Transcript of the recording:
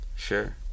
Sure